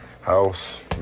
house